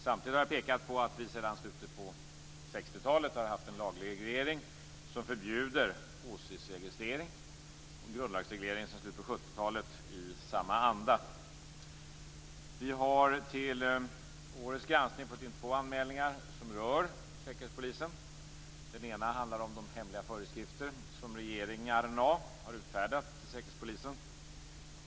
Samtidigt har jag pekat på att vi sedan slutet av 60-talet har haft en lagreglering som förbjuder åsiktsregistrering och sedan slutet av 70-talet en grundlagsreglering i samma anda. Till årets granskning har vi fått in två anmälningar som rör Säkerhetspolisen. Den ena handlar om de hemliga föreskrifter som regeringarna har utfärdat för Säkerhetspolisen.